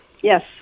Yes